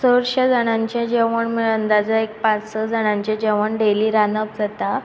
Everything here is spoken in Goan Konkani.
चडशें जाणांचे जेवण म्हणल्यार एक अंदाजान पांच स जाणांचे जेवण डेली रांदप जाता